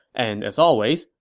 and as always,